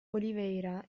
oliveira